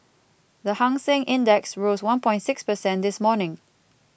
the Hang Seng Index rose one point six percent this morning